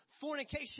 fornication